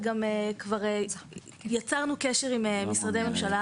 וגם כבר יצרנו קשר עם משרדי ממשלה